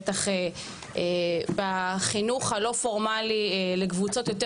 בטח בחינוך הלא פורמלי לקבוצות יותר